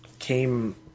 came